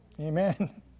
amen